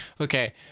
Okay